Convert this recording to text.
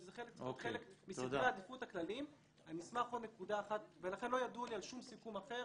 שזה חלק מסדרי העדיפויות הכלליים ולכן לא ידוע לי על שום סיכום אחר.